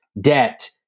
Debt